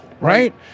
right